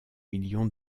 millions